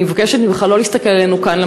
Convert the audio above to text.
אני מבקשת ממך לא להסתכל עלינו כאן,